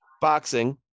boxing